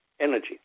energy